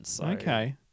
Okay